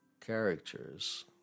characters